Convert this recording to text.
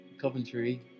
Coventry